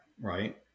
right